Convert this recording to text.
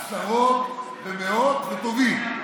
עשרות, מאות, וטובים.